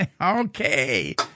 Okay